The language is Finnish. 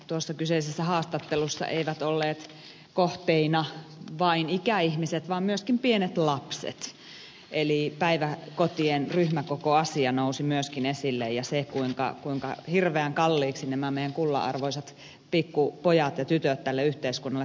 tuossa kyseisessä haastattelussa eivät olleet kohteina vain ikäihmiset vaan myöskin pienet lapset eli päiväkotien ryhmäkokoasia nousi myöskin esille ja se kuinka hirveän kalliiksi nämä meidän kullanarvoiset pikkupojat ja tytöt tälle yhteiskunnalle tulevat